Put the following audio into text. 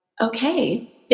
okay